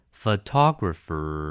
photographer